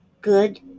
good